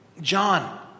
John